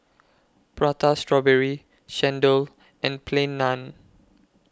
Prata Strawberry Chendol and Plain Naan